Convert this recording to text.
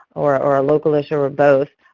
or or a local issue or both,